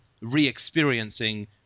re-experiencing